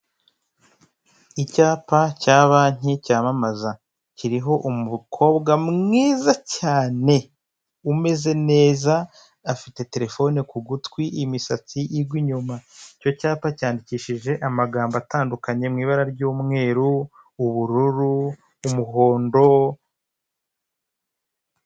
Icyapa cya banki cyamamaza, kiriho umukobwa mwiza cyane, umeze neza, afite terefone ku gutwi imisatsi igwa inyuma, icyo cyapa cyandikishije amagambo atandukanye mu ibara ry'umweru, ubururu, umuhondo.